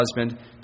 husband